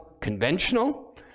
conventional